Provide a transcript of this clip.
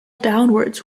downwards